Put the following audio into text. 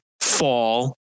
fall